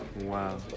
wow